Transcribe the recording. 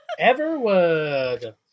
Everwood